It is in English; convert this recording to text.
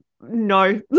no